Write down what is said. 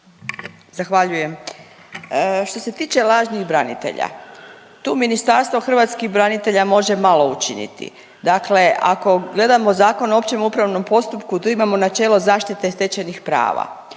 Zahvaljujem. Što se tiče lažnih branitelja, tu Ministarstvo hrvatskih branitelja može malo učiniti. Dakle, ako gledamo Zakon o općem upravnom postupku tu imamo načelo zaštite stečajnih prava.